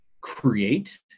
create